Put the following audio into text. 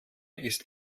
ist